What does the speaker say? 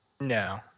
No